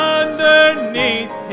underneath